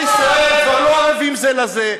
כל ישראל כבר לא ערבים זה לזה,